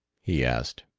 he asked.